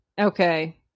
okay